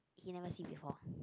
he never see before